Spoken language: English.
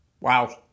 wow